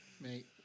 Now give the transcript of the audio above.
Mate